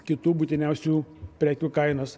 kitų būtiniausių prekių kainas